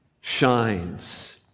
shines